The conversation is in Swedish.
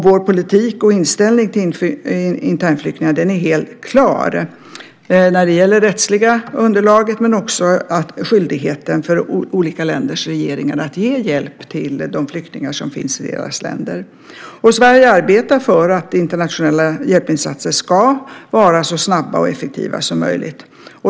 Vår politik och inställning till internflyktingar är helt klar. Det gäller det rättsliga underlaget men också skyldigheten för olika länders regeringar att ge hjälp till de flyktingar som finns i deras länder. Sverige arbetar för att internationella hjälpinsatser ska vara så snabba och effektiva som möjligt.